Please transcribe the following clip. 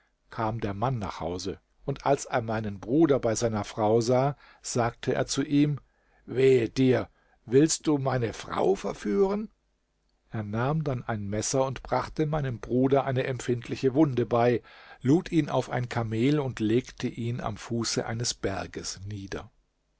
kam der mann nach hause und als er meinen bruder bei seiner frau sah sagte er zu ihm wehe dir willst du meine frau verführen er nahm dann ein messer und brachte meinem bruder eine empfindliche wunde bei lud ihn auf ein kamel und legte ihn am fuße eines berges nieder